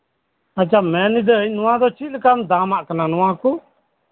ᱟᱪᱪᱷᱟ ᱢᱮᱱᱤᱫᱟᱹᱧ ᱱᱚᱣᱟ ᱫᱚ ᱪᱮᱫᱞᱮᱠᱟᱢ ᱫᱟᱢᱟᱜ ᱠᱟᱱᱟ ᱱᱚᱣᱟ ᱠᱩ